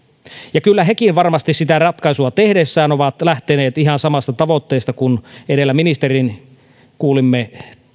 ja kyllä hekin varmasti sitä ratkaisua tehdessään ovat lähteneet ihan samasta tavoitteesta kuin edellä ministerin kuulimme